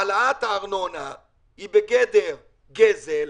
העלאת הארנונה היא בגדר גזל,